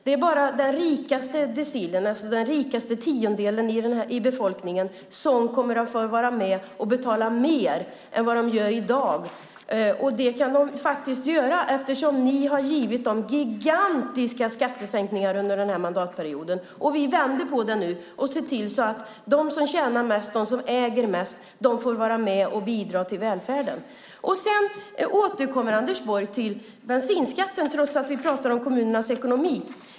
Det är bara den rikaste decilen, den rikaste tiondelen i befolkningen, som kommer att få betala mer än de gör i dag, och det kan de faktiskt göra, eftersom ni har givit dem gigantiska skattesänkningar under den här mandatperioden. Vi vänder på det nu och ser till att de som tjänar mest och äger mest får vara med och bidra till välfärden. Anders Borg återkommer till bensinskatten, trots att vi pratar om kommunernas ekonomi.